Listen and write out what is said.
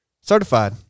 Certified